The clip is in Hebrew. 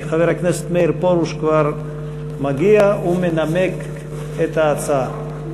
חבר הכנסת מאיר פרוש כבר מגיע ומנמק את ההצעה.